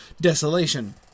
desolation